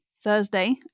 Thursday